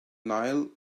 nile